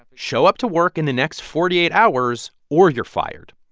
show up to work in the next forty eight hours or you're fired.